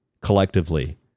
collectively